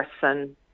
person